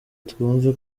twumve